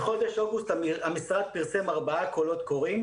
בחודש אוגוסט המשרד פרסם ארבעה קולות קוראים